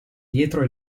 dietro